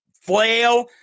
flail